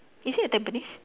is it at Tampines